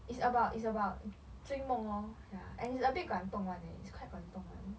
it's about it's about 追梦 lor ya and it's a bit 感动 [one] eh it's quite 感动 [one]